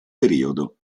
periodo